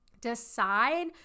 Decide